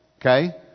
Okay